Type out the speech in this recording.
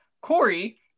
Corey